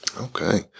Okay